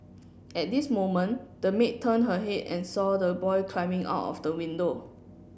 at this moment the maid turned her head and saw the boy climbing out of the window